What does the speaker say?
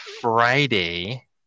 Friday